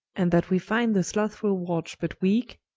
and that we finde the slouthfull watch but weake,